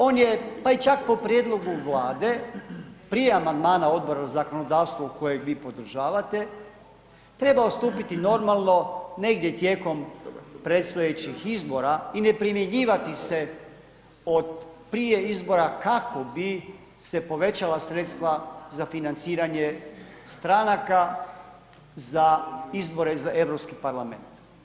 On je, pa i čak po prijedlogu Vlade, prije amandmana Odbora za zakonodavstvo kojeg vi podržavate, trebao stupiti normalno negdje tijekom predstojećih izbora i ne primjenjivati se od prije izbora, kako bi se povećala sredstva za financiranje stanaka za izbore za EU parlament.